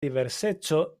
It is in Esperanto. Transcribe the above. diverseco